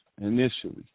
initially